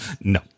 no